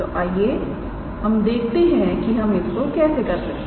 तो आइए हम देखते हैं कि हम इसको कैसे कर सकते हैं